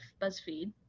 buzzfeed